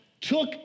took